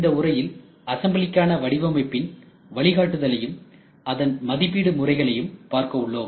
இந்த உரையில் அசம்பிளிக்கானவடிவமைப்பின் வழிகாட்டுதலையும் அதன் மதிப்பீடு முறைகளையும் பார்க்க உள்ளோம்